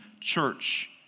church